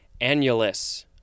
annulus